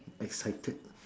excited